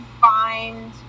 find